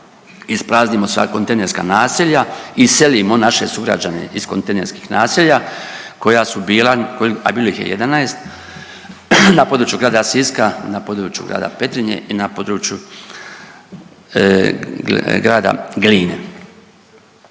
ispraznimo sva kontejnerska naselja, iselimo naše sugrađane iz kontejnerskih naselja koja su bila, a bilo ih je 11 na području grada Siska i na području grada Petrinje i na području grada Gline.